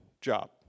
job